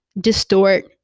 distort